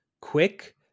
quick